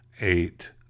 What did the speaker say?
eight